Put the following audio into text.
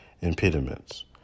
impediments